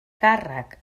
càrrec